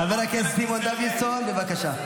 חבר הכנסת סימון דוידסון, בבקשה.